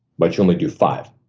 but you only do five,